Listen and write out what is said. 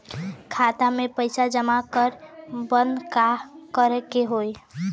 खाता मे पैसा जमा करे बदे का करे के होई?